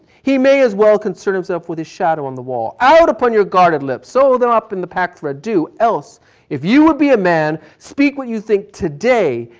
he may as well concern himself with his shadow on the wall. out upon your guarded lips. sew them up in the pack for a dew, else if you would be a man speak what you think today,